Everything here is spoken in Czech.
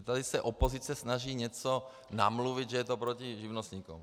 Tady se opozice snaží něco namluvit, že je to něco proti živnostníkům.